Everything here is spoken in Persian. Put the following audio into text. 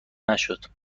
نشد